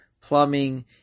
plumbing